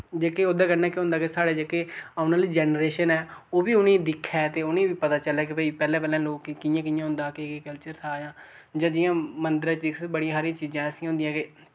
जेह्के उं'दे कन्नै केह् होंदा के साढ़े जेह्के औने आह्ली जनरेशन ऐ ओह् बी उ'नें दिक्खै ते उ'नें बी पता चलै के भई पैह्ले पैह्ले लोक कि'यां कि'यां होंदा केह् केह् कल्चर था जां जि'यां मंदरे च बड़ियां सरियां चीजां ऐसियां होन्दियां के